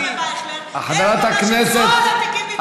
הרב אייכלר, איך הוא אומר שכל התיקים נתפרים?